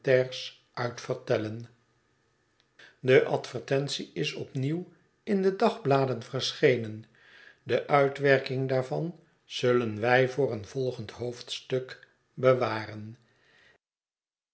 vertellen de advertentie is op nieuw in de dagbladen verschenen de uitwerking daarvan zullen wij voor een volgend hoofdstuk bewaren